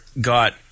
Got